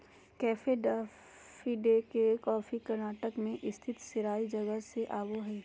cafe Coffee Day के coffee Karnataka मे स्थित सेराई जगह से आवो हय